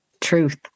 truth